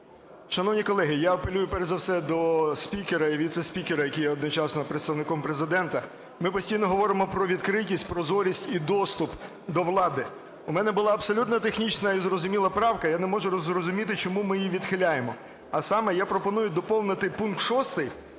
Шановні колеги, я апелюю перш за все до спікера і віце-спікера, який є одночасно представником Президента. Ми постійно говоримо про відкритість, прозорість і доступ до влади. У мене була абсолютно технічна і зрозуміла правка, я не можу зрозуміти, чому ми її відхиляємо. А саме я пропоную доповнити пункт 6,